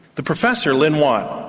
the professor, lynn watt,